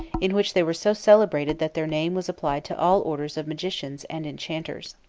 in which they were so celebrated that their name was applied to all orders of magicians and enchanters.